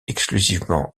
exclusivement